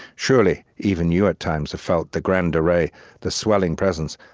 surely, even you, at times, have felt the grand array the swelling presence,